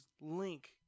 Link